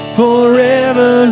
forever